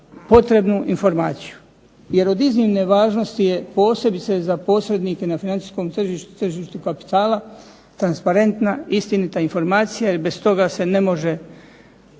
potrebnu informaciju. Jer od iznimne važnosti je posebice za posrednike na financijskom tržištu, tržištu kapitala, transparentna istinita informacija jer bez toga se ne može